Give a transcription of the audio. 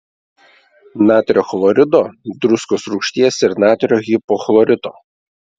natrio chlorido druskos rūgšties ir natrio hipochlorito